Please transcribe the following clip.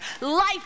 Life